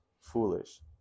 foolish